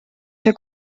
see